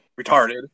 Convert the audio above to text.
retarded